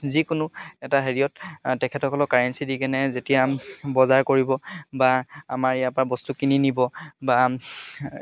যিকোনো এটা হেৰিয়ত তেখেতসকলক কাৰেঞ্চি দি কেনে যেতিয়া বজাৰ কৰিব বা আমাৰ ইয়াৰ পৰা বস্তু কিনি নিব বা